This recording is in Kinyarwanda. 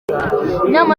inama